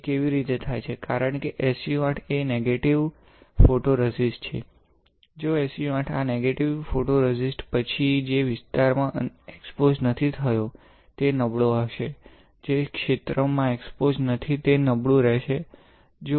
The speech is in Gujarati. તે કેવી રીતે થાય છે કારણ કે SU 8 એ નેગેટિવ ફોટોરેઝિસ્ટ છે જો SU 8 આ નેગેટિવ ફોટોરેઝિસ્ટ પછી જે વિસ્તાર એક્સ્પોસ્ડ નથી થયો તે નબળો હશે જે ક્ષેત્ર ક્સ્પોસ્ડ નથી તે નબળું રહેશે